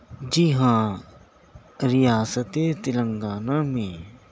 جی ہاں ریاستِ تلنگانہ میں